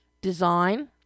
design